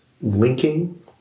Linking